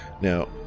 now